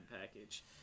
package